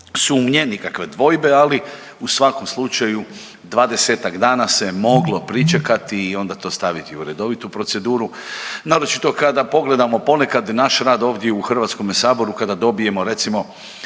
sumnje, nikakve dvojbe, ali u svakom slučaju, dvadesetak dana se moglo pričekati i onda to staviti u redovitu proceduru, naročito kada pogledamo ponekad naš rad ovdje u HS-u kada dobijemo, recimo,